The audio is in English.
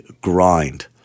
grind